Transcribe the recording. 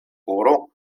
koro